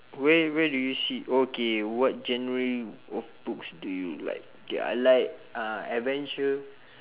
where where do you see okay what genre of books do you like ya I like uh adventure